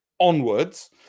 onwards